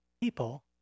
people